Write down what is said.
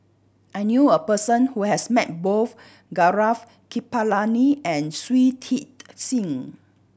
I knew a person who has met both Gaurav Kripalani and Shui Tit Sing